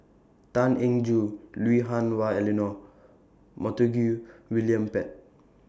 Tan Eng Joo Lui Hah Wah Elena Montague William Pett